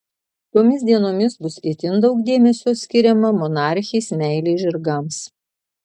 tomis dienomis bus itin daug dėmesio skiriama monarchės meilei žirgams